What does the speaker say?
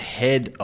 head